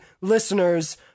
listeners